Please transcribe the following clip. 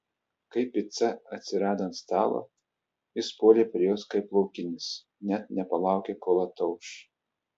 kai pica atsirado ant stalo jis puolė prie jos kaip laukinis net nepalaukė kol atauš